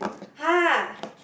[huh]